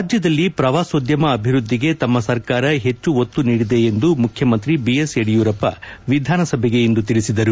ರಾಜ್ಯದಲ್ಲಿ ಪ್ರವಾಸೋದ್ಯಮ ಅಭಿವೃದ್ಧಿಗೆ ತಮ್ಮ ಸರ್ಕಾರ ಹೆಜ್ಜು ಒತ್ತು ನೀಡಿದೆ ಎಂದು ಮುಖ್ಯಮಂತ್ರಿ ಐಎಸ್ ಯಡಿಯೂರಪ್ಪ ವಿಧಾನಸಭೆಗೆ ಇಂದು ತಿಳಿಸಿದರು